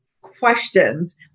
questions